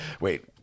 wait